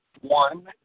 one